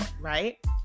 right